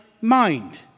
mind